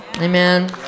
Amen